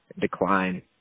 decline